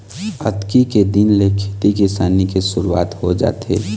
अक्ती के दिन ले खेती किसानी के सुरूवात हो जाथे